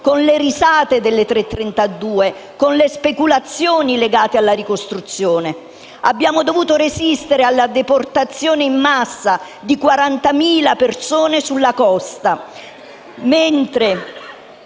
con le risate delle ore 3,32 e con le speculazioni legate alla ricostruzione. Abbiamo dovuto resistere alla deportazione in massa di 40.000 persone sulla costa,